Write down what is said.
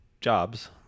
jobs